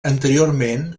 anteriorment